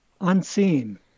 unseen